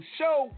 show